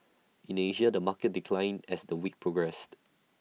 in Asia the market declined as the week progressed